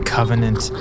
Covenant